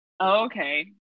okay